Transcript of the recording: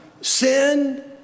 sin